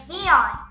Vion